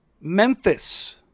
Memphis